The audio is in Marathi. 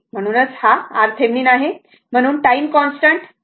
म्हणूनच हा RTheveninआहे म्हणून time constant τ C R Thevenin